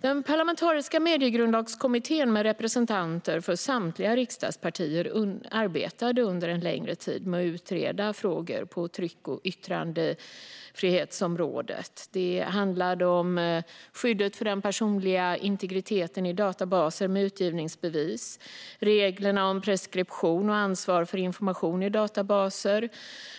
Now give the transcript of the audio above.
Den parlamentariska Mediegrundlagskommittén, med representanter för samtliga riksdagspartier, arbetade under en längre tid med att utreda frågor på tryck och yttrandefrihetsområdet. Det handlade om skyddet för den personliga integriteten i databaser med utgivningsbevis, reglerna om preskription och ansvar för information i databaser och